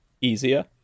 easier